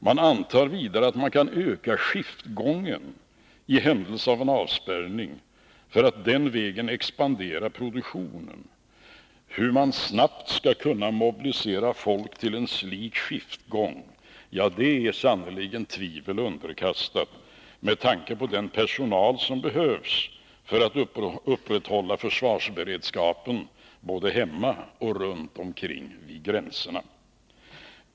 Man antar vidare att man kan öka skiftgången i händelse av en avspärrning för att den vägen expandera produktionen. Hur man snabbt skall kunna mobilisera folk till en slik skiftgång är sannerligen tvivel underkastat med tanke på den personal som behövs för att upprätthålla försvarsberedskapen både hemma och runt omkring gränserna.